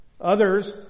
Others